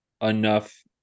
enough